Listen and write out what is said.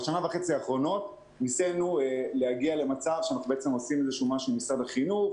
בשנה וחצי האחרונות ניסינו לעשות משהו עם משרד החינוך.